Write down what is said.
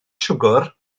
siwgr